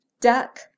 duck